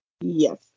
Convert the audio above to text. Yes